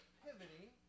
pivoting